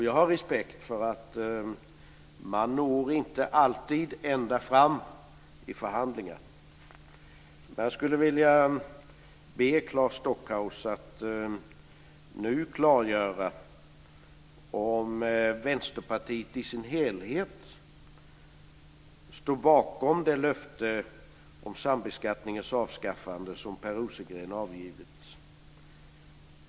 Jag har respekt för att man inte alltid når ända fram i förhandlingar, men jag skulle vilja be Claes Stockhaus att nu klargöra om Vänsterpartiet i sin helhet står bakom det löfte om sambeskattningens avskaffande som Per Rosengren har avgivit.